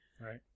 Right